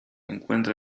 encuentra